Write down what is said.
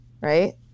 right